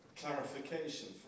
clarification